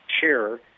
chair